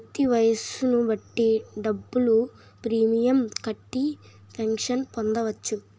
వ్యక్తి వయస్సును బట్టి డబ్బులు ప్రీమియం కట్టి పెన్షన్ పొందవచ్చు